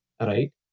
right